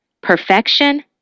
perfection